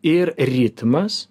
ir ritmas